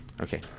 okay